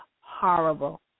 horrible